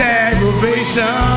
aggravation